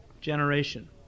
generation